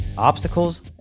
Obstacles